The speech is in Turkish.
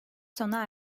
sona